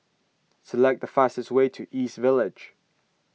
select the fastest way to East Village